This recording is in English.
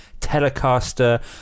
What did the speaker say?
telecaster